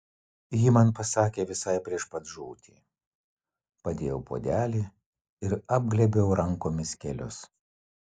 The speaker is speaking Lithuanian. ji man pasakė visai prieš pat žūtį padėjau puodelį ir apglėbiau rankomis kelius